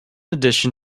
addition